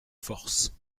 force